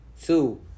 Two